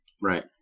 Right